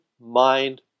mind